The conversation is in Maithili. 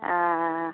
हँ